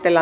asia